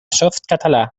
softcatalà